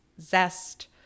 zest